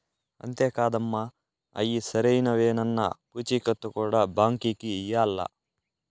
అంతే కాదమ్మ, అయ్యి సరైనవేనన్న పూచీకత్తు కూడా బాంకీకి ఇయ్యాల్ల